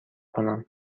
کنم